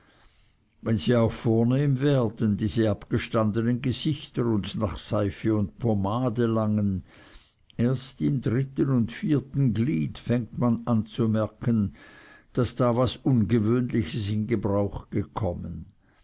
wenn sie auch vornehm werden diese abgestandenen gesichter und nach seife und pomade langen erst im dritten und vierten glied fängt man an zu merken daß da was ungewöhnliches in gebrauch gekommen